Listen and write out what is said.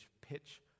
pitch